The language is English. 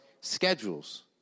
schedules